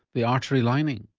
the artery lining?